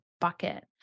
bucket